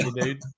dude